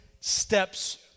steps